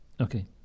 Okay